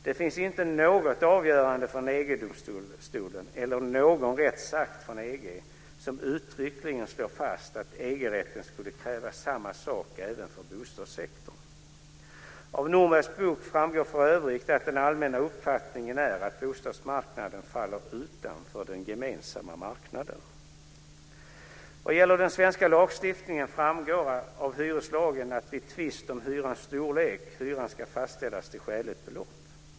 Det finns inte något avgörande från EG-domstolen eller någon rättsakt från EG som uttryckligen slår fast att EG-rätten skulle kräva samma sak även för bostadssektorn. Av Norbergs bok framgår för övrigt att den allmänna uppfattningen är att bostadsmarknaden faller utanför den gemensamma marknaden. Vad gäller den svenska lagstiftningen framgår av hyreslagen att, vid tvist om hyrans storlek, hyran ska fastställas till skäligt belopp.